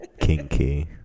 Kinky